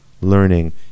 learning